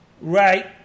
Right